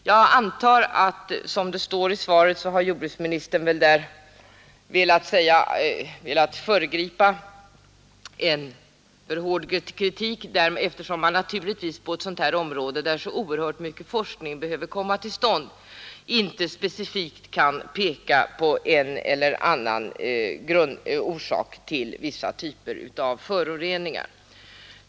Som det står i svaret antar jag att jordbruksministern där velat föregripa en för hård kritik, eftersom man naturligtvis på ett sådant område som detta, där så oerhört mycket forskning behöver komma till stånd, inte specifikt kan peka på en eller annan grundorsak till vissa typer av föroreningar.